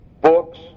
books